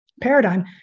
paradigm